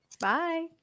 Bye